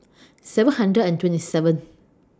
seven hundred and twenty seven